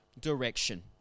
direction